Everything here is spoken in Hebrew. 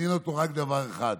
מעניין אותו רק דבר אחד,